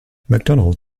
mcdonald